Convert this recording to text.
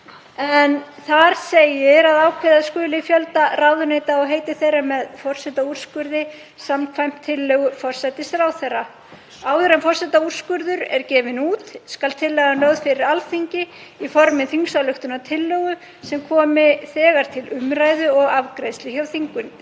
Þar segir að ákveða skuli fjölda ráðuneyta og heiti þeirra með forsetaúrskurði, samkvæmt tillögu forsætisráðherra. Áður en forsetaúrskurður er gefinn út skal tillagan lögð fyrir Alþingi í formi þingsályktunartillögu sem komi þegar til umræðu og afgreiðslu hjá þinginu.